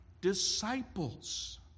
disciples